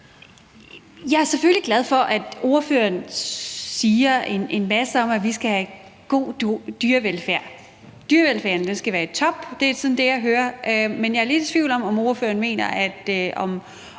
Jeg er selvfølgelig glad for, at ordføreren siger en masse om, at vi skal have god dyrevelfærd, at dyrevelfærden skal være i top – det er det, jeg hører – men jeg er lidt i tvivl om, om ordføreren mener, at